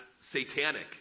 satanic